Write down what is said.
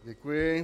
Děkuji.